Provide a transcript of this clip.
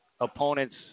opponents